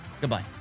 Goodbye